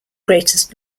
greatest